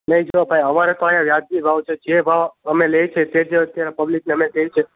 નહીં જૂઓ ભાઈ અમારે તો અહીંયા વ્યાજબી ભાવ છે જે ભાવ અમે લઈએ છીએ તે જ અત્યારે પબ્લિકને અમે દઈએ છીએ